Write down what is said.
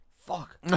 Fuck